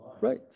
Right